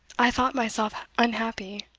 i thought myself unhappy.